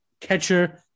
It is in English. catcher